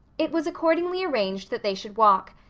it was accordingly arranged that they should walk,